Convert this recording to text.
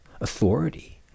authority